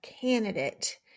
candidate